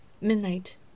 midnight